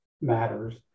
matters